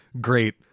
great